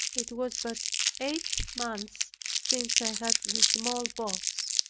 it was but eight months since i had the smallpox.